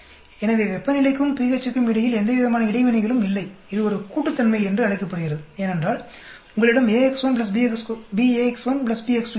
எனவே வெப்பநிலைக்கும் pH க்கும் இடையில் எந்தவிதமான இடைவினைகளும் இல்லை இது ஒரு கூட்டுத்தன்மை என்று அழைக்கப்படுகிறது ஏனென்றால் உங்களிடம் ax1 bx2 இருப்பதால்